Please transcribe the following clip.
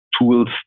tools